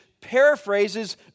paraphrases